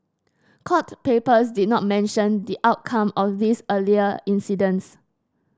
court papers did not mention the outcome of these earlier incidents